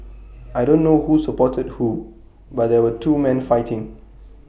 I don't know who supported who but there were two man fighting